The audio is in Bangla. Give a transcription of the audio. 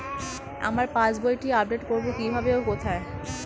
আমার পাস বইটি আপ্ডেট কোরবো কীভাবে ও কোথায়?